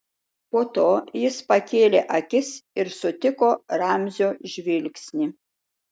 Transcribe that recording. po to jis pakėlė akis ir sutiko ramzio žvilgsnį